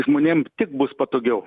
žmonėms tik bus patogiau